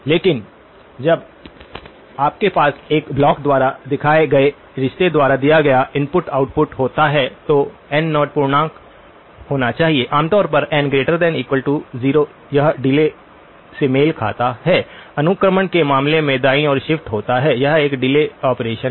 लेकिन जब आपके पास इस ब्लॉक द्वारा दिखाए गए रिश्ते द्वारा दिया गया इनपुट आउटपुट होता है तो n0पूर्णांक होना चाहिए आमतौर पर n0≥0 यह डिले से मेल खाता है अनुक्रमण के मामले में दाईं ओर शिफ्ट होता है यह एक डिले ऑपरेशन है